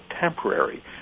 temporary